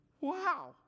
wow